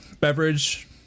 beverage